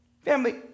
Family